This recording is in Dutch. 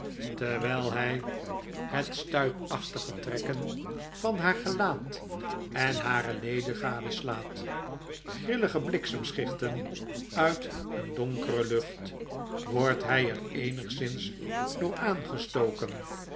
terwyl hij het stuipachtige trekken van haar gelaat en hare leden gadeslaat grillige bliksemschichten uit een donkere lucht wordt hy er eenigszins door aangestoken